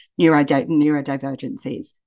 neurodivergencies